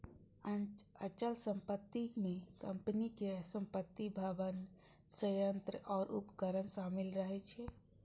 अचल संपत्ति मे कंपनीक संपत्ति, भवन, संयंत्र आ उपकरण शामिल रहै छै